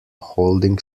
holding